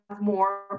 more